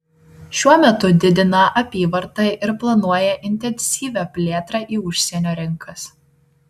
šiuo metu didina apyvartą ir planuoja intensyvią plėtrą į užsienio rinkas